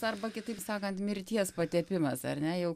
arba kitaip sakant mirties patepimas ar ne jau